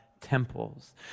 temples